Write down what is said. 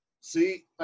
See